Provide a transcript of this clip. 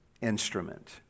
instrument